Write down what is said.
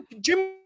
Jim